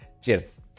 cheers